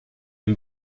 and